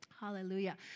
hallelujah